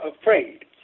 afraid